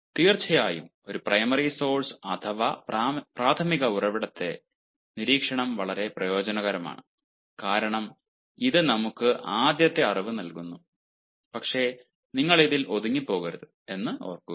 തീർച്ചയായും ഒരു primary source അഥവാ പ്രാഥമിക ഉറവിടമെന്ന നിലയിൽ നിരീക്ഷണം വളരെ പ്രയോജനകരമാണ് കാരണം ഇത് നമുക്ക് ആദ്യത്തെ അറിവ് നൽകുന്നു പക്ഷേ നിങ്ങൾ ഇതിൽ ഒതുങ്ങി പോകരുത് എന്ന് ഓർക്കുക